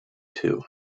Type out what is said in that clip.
two